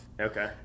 Okay